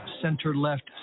center-left